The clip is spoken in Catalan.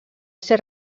ser